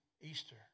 Easter